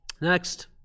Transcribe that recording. Next